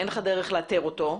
אין לך דרך לאתר אותו.